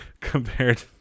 compared